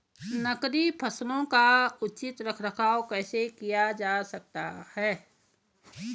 नकदी फसलों का उचित रख रखाव कैसे किया जा सकता है?